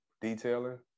detailing